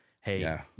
Hey